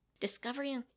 Discovery